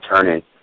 turning